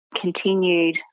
continued